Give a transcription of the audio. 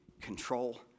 control